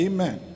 Amen